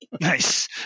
nice